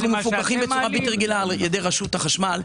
אנחנו מפוקחים בצורה בלתי רגילה על ידי רשות החשמל,